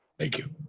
thank you.